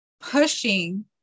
pushing